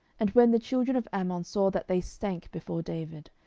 and when the children of ammon saw that they stank before david,